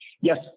Yes